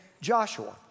Joshua